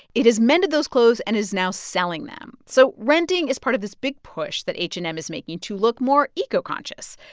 it has mended those clothes and is now selling them. so renting is part of this big push that h and m is making to look more eco-conscious.